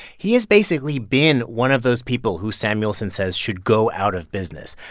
he has basically been one of those people who samuelson says should go out of business.